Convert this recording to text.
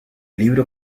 libro